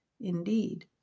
indeed